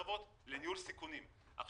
רזרבה לניהול סיכונים כי